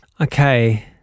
Okay